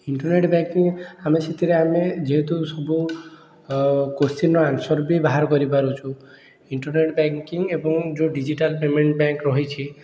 internet banking ଆମେ ସେଥିରେ ଆମେ ଯେହେତୁ ସବୁ କୋସଚିନ୍ର ଆନ୍ସର୍ ବି ବାହାର କରିପାରୁଛୁ ଇଣ୍ଟରନେଟ୍ ବ୍ୟାକିଂ ଏବଂ ଯେଉଁ ଡିଜିଟାଲ୍ ପେମେଣ୍ଟ୍ ବ୍ୟାଙ୍କ୍ ରହିଛି